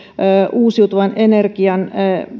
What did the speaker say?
uusiutuvan energian